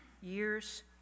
years